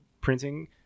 printing